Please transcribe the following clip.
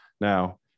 Now